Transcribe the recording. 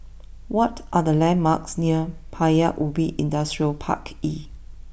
what are the landmarks near Paya Ubi Industrial Park E